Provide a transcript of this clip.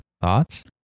Thoughts